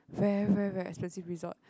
very very very expensive resort